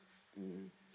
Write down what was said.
mm